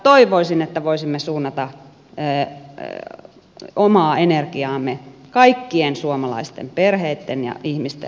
toivoisin että voisimme suunnata omaa energiaamme kaikkien suomalaisten perheitten ja ihmisten auttamiseen